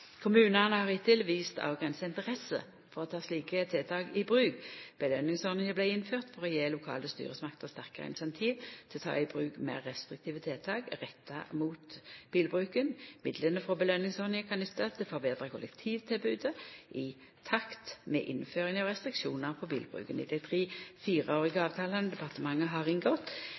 Kommunane har hittil vist avgrensa interesse for å ta slike tiltak i bruk. Belønningsordninga vart innført for å gje lokale styresmakter sterkare incentiv til å ta i bruk meir restriktive tiltak retta mot bilbruken. Midlane frå belønningsordninga kan nyttast til å betra kollektivtilbodet i takt med innføring av restriksjonar på bilbruken. I dei tre fireårige avtalane departementet har inngått,